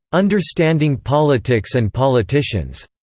understanding politics and politicians.